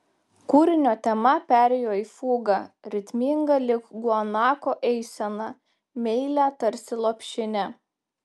kūrinio tema perėjo į fugą ritmingą lyg guanako eisena meilią tarsi lopšinė